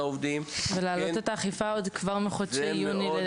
לדעתי גם להגביר את האכיפה כבר מחודש יוני.